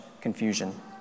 confusion